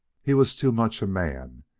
he was too much a man,